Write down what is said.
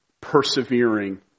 persevering